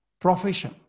Profession